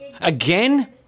Again